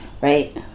right